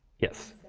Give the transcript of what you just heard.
yes?